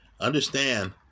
understand